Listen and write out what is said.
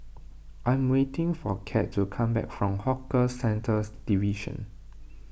I am waiting for Kate to come back from Hawker Centres Division